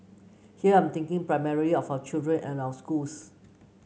here I'm thinking primary of our children and our schools